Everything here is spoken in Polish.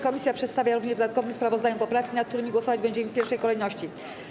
Komisja przedstawia również w dodatkowym sprawozdaniu poprawki, nad którymi głosować będziemy w pierwszej kolejności.